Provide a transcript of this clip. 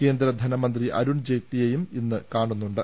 കേന്ദ്രധനമന്ത്രി അരുൺജെയ്റ്റ്ലിയെയും ഇന്ന് കാണുന്നുണ്ട്